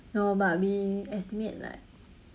no but we estimate like